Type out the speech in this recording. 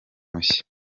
mushya